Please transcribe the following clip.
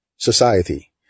Society